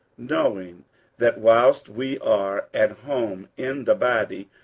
knowing that, whilst we are at home in the body,